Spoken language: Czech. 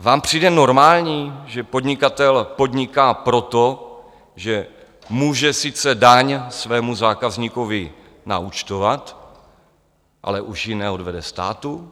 Vám přijde normální, že podnikatel podniká proto, že může sice daň svému zákazníkovi naúčtovat, ale už ji neodvede státu?